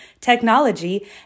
technology